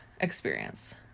experience